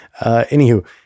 anywho